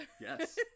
Yes